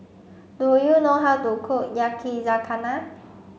do you know how to cook Yakizakana